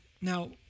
Now